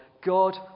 God